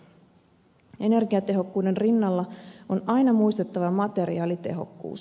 energiatehokkuuden rinnalla on aina muistettava materiaalitehokkuus